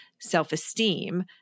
self-esteem